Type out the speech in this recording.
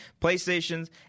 PlayStations